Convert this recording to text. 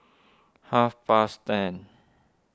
half past ten